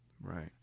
Right